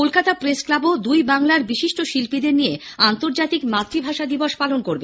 Kolkata press ক্লাবও দুই বাংলার বিশিষ্ট শিল্পীদের নিয়ে আন্তর্জাতিক মাতৃভাষা দিবস পালন করবে